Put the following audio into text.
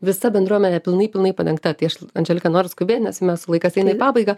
visa bendruomenė pilnai pilnai padengta tai aš andželika noriu skubėt nes mes laikas eina į pabaigą